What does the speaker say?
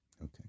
Okay